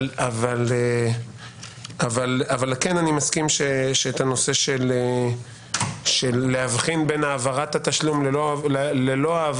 אבל אני מסכים שהנושא של הבחנה בין העברת התשלום לאי-העברה,